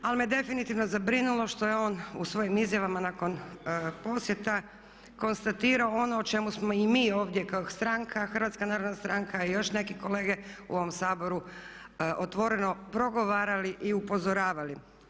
Ali me definitivno zabrinulo što je on u svojim izjavama nakon posjeta konstatirao ono o čemu smo i mi ovdje kao stranka, Hrvatska narodna stranka i još neki kolege u ovom Saboru otvoreno progovarali i upozoravali.